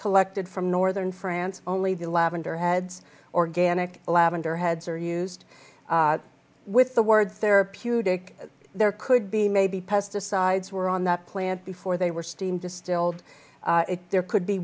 llected from northern france only the lavender heads organic lavender heads are used with the word therapeutic there could be maybe pesticides were on that plant before they were steam distilled there could be